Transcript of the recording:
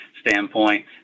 standpoint